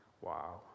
Wow